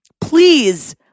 please